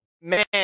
Man